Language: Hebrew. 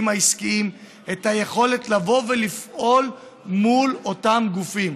העסקיים את היכולת לבוא ולפעול מול אותם גופים.